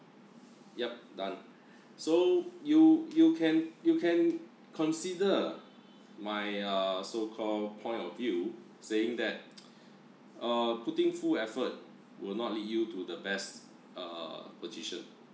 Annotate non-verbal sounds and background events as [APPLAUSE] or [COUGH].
yup done so you you can you can consider my uh so-called point of view saying that [NOISE] uh putting full effort will not lead you to the best uh position